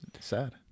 Sad